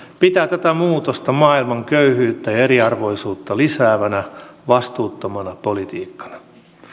pitää tätä muutosta maailman köyhyyttä ja ja eriarvoisuutta lisäävänä vastuuttomana politiikkana